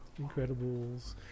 Incredibles